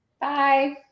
Bye